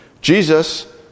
Jesus